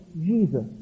Jesus